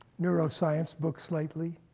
neuroscience books lately?